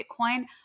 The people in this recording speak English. Bitcoin